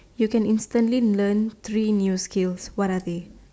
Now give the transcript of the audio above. you can instantly learn three new skills what are they